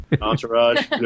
Entourage